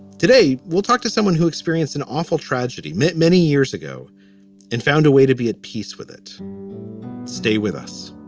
today, we'll talk to someone who experienced an awful tragedy many, many years ago and found a way to be at peace with it stay with us